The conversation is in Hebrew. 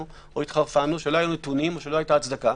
או התחרפנו או שלא היו נתונים או שלא הייתה הצדקה,